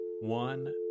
one